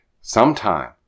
sometime